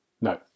No